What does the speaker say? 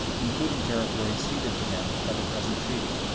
including territories ceded to them by the present treaty.